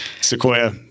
Sequoia